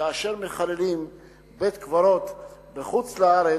כאשר מחללים בית-קברות בחוץ-לארץ,